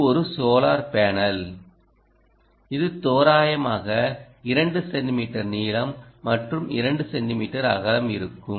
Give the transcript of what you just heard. இது ஒரு solar panel இது தோராயமாக 2 சென்டிமீட்டர் நீளம் மற்றும் 2 சென்டிமீட்டர் அகலம் இருக்கும்